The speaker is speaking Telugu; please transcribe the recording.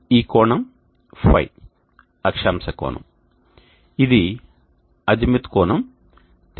ఈ కోణం φ అక్షాంశ కోణం ఇది ఆజిముత్ కోణం θz